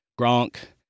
Gronk